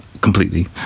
completely